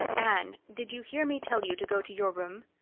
anne, did you hear me tell you to go to your room?